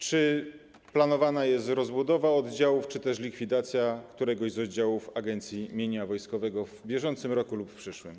Czy planowana jest rozbudowa oddziałów czy też likwidacja któregoś z oddziałów Agencji Mienia Wojskowego w bieżącym lub w przyszłym roku?